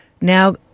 now